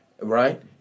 right